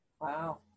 Wow